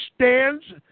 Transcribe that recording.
stands